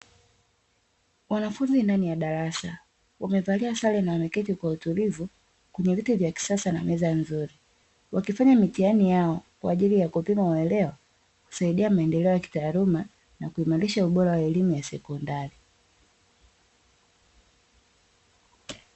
Wanafunzi ndani ya darasa wamevalia sare na wameketi kwa utulivu, kwenye viti vya kisasa na meza nzuri, wakifanya mitihani yao kwa ajili ya kuwapima uelewa, husaidia maendeleo ya kitaaluma na kuimarisha ubora wa elimu ya sekondari.